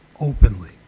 openly